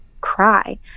cry